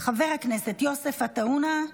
חבר הכנסת יוסף עטאונה,